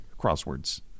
crosswords